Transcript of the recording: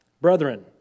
Brethren